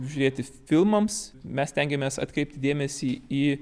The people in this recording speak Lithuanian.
žiūrėti filmams mes stengiamės atkreipti dėmesį į